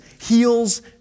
heals